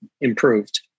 improved